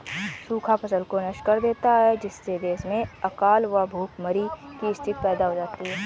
सूखा फसल को नष्ट कर देता है जिससे देश में अकाल व भूखमरी की स्थिति पैदा हो जाती है